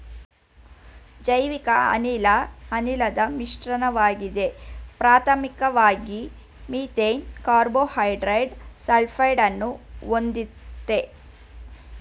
ಜೈವಿಕಅನಿಲ ಅನಿಲದ್ ಮಿಶ್ರಣವಾಗಿದೆ ಪ್ರಾಥಮಿಕ್ವಾಗಿ ಮೀಥೇನ್ ಕಾರ್ಬನ್ಡೈಯಾಕ್ಸೈಡ ಸಲ್ಫೈಡನ್ನು ಹೊಂದಯ್ತೆ